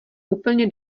úplně